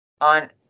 on